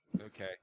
Okay